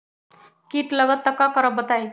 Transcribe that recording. कीट लगत त क करब बताई?